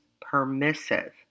permissive